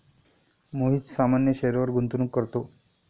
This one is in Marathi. मोहित सामान्य शेअरवर गुंतवणूक करतो